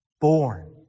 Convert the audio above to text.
born